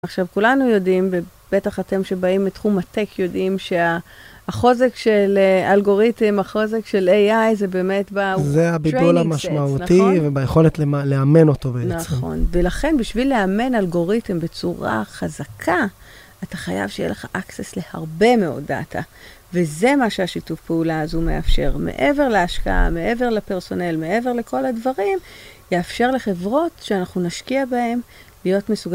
עכשיו כולנו יודעים, בטח אתם שבאים מתחום הטק יודעים שהחוזק של אלגוריתם, החוזק של AI זה באמת ב... זה הביגול המשמעותי וביכולת לאמן אותו בעצם. נכון, ולכן בשביל לאמן אלגוריתם בצורה חזקה, אתה חייב שיהיה לך אקסס להרבה מאוד דאטה. וזה מה שהשיתוף פעולה הזו מאפשר מעבר להשקעה, מעבר לפרסונל, מעבר לכל הדברים, יאפשר לחברות שאנחנו נשקיע בהן להיות מסוגלים.